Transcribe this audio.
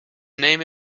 name